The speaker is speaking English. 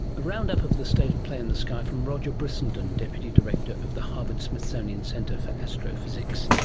a roundup of the state of play in the sky from roger brissenden, deputy director of the harvard-smithsonian centre for astrophysics.